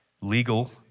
legal